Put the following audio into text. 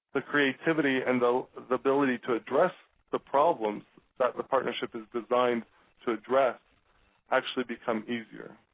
the creativity, and the the ability to address the problems that the partnership is designed to address actually become easier.